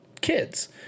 kids